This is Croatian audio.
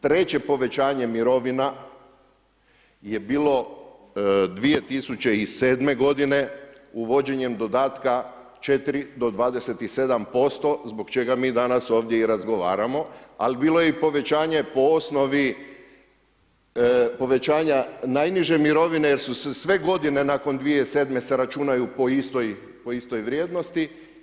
Treće povećanje mirovina je bilo 2007. godine uvođenjem dodatka 4 do 27% zbog čega mi danas ovdje i razgovaramo ali bilo je i povećanje po osnovi, povećanja najniže mirovine jer su se sve godine nakon 2007. se računaju po istoj vrijednosti.